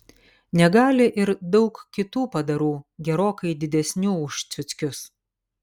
negali ir daug kitų padarų gerokai didesnių už ciuckius